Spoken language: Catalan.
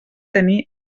tenir